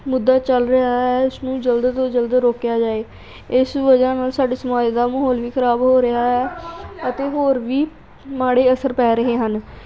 ਮੁੱਦਾ ਚੱਲ ਰਿਹਾ ਹੈ ਇਸ ਨੂੰ ਜਲਦ ਤੋਂ ਜਲਦ ਰੋਕਿਆ ਜਾਏ ਇਸ ਵਜ੍ਹਾ ਨਾਲ ਸਾਡੇ ਸਮਾਜ ਦਾ ਮਾਹੌਲ ਵੀ ਖਰਾਬ ਹੋ ਰਿਹਾ ਆ ਅਤੇ ਹੋਰ ਵੀ ਮਾੜੇ ਅਸਰ ਪੈ ਰਹੇ ਹਨ